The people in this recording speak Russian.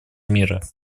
мира